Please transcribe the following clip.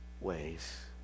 ways